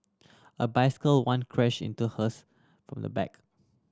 a bicycle once crashed into hers from the back